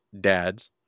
dads